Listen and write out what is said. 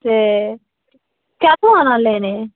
ते कैह्लूं आमां लेने